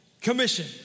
Commission